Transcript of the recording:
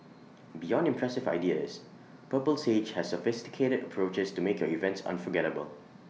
beyond impressive ideas purple sage has sophisticated approaches to make your events unforgettable